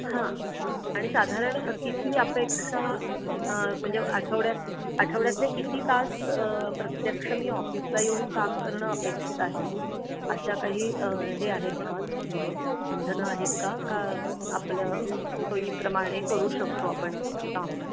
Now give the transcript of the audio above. हां आणि साधारण किती अपेक्षा म्हणजे आठवड्यात आठवड्यातले किती तास प्रत्यक्ष मी ऑफिसला येऊन काम करणं अपेक्षित आहे अशा काही हे आहेत का म्हणजे बंधनं आहेत का का आपलं सोयीप्रमाणे करू शकतो आपण काम